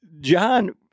John